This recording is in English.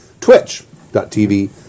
twitch.tv